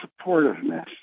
supportiveness